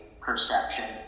perception